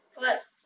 first